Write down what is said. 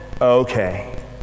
okay